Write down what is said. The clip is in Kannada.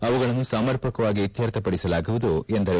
ಅವುಗಳನ್ನು ಸಮರ್ಪಕವಾಗಿ ಇತ್ಯರ್ಥಪಡಿಸಲಾಗುವುದು ಎಂದರು